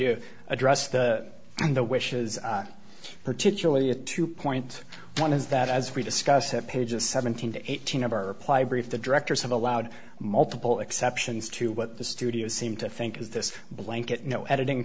you address the on the wishes particularly a two point one is that as we discussed at page of seventeen to eighteen of our reply brief the directors have allowed multiple exceptions to what the studios seem to think is this blanket no editing